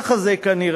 ככה זה כנראה: